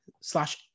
slash